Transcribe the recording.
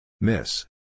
Miss